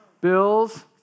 Bills